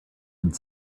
would